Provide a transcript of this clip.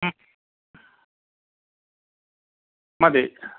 മതി